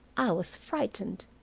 i was frightened,